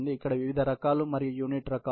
ఇవన్నీ వివిధ రకాలు మరియు యూనిట్ రకాలు